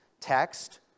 text